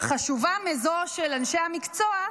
חשובה מזו של אנשי המקצוע,